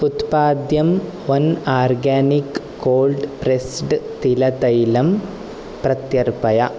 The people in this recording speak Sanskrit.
उत्पाद्यं वन् आर्गानिक् कोल्ड् प्रेस्स्ड् तिलतैलम् प्रत्यर्पय